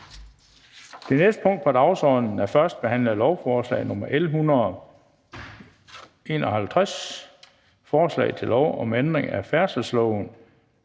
Det næste punkt på dagsordenen er: 7) 1. behandling af lovforslag nr. L 151: Forslag til lov om ændring af færdselsloven.